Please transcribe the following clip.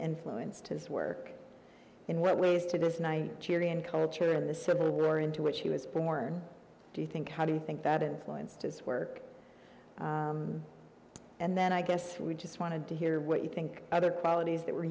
influenced his work in what ways to his night cheery and culture of the civil war into which he was born do you think how do you think that influenced his work and then i guess we just wanted to hear what you think other qualities that were